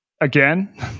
Again